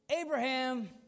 Abraham